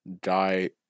die